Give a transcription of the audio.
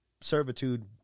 servitude